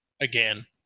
again